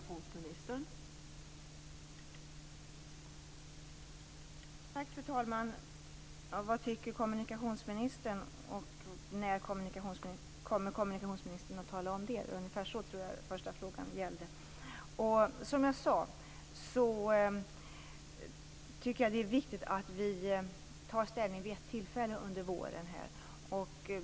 Fru talman! Vad tycker kommunikationsministern och när kommer kommunikationsministern att tala om det? Ungefär så tror jag att den första frågan var. Som jag sade tycker jag att det är viktigt att vi tar ställning vid ett tillfälle under våren.